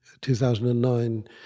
2009